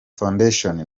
foundation